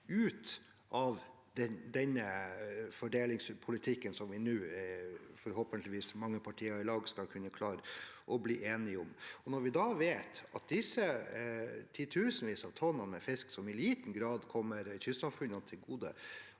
ut av denne fordelingspolitikken, som vi nå forhåpentligvis mange partier i lag skal kunne klare å bli enige om. Vi vet at disse titusenvis av tonn med fisk, som i liten grad kommer kystsamfunnene til gode,